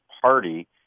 party